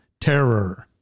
terror